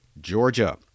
Georgia